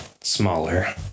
Smaller